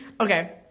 okay